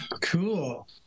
Cool